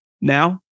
now